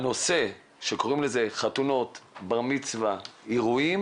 הנושא שקוראים לו חתונות, בר מצווה, אירועים